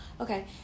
Okay